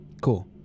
cool